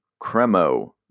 Cremo